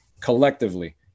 collectively